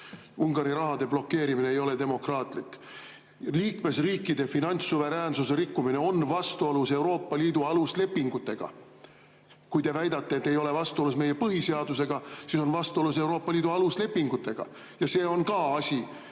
Ungari rahade blokeerimine ei ole demokraatlik. Liikmesriikide finantssuveräänsuse rikkumine on vastuolus Euroopa Liidu aluslepingutega. Kui te väidate, et ei ole vastuolu meie põhiseadusega, siis on vastuolu Euroopa Liidu aluslepingutega, ja see on ka